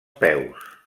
peus